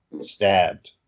stabbed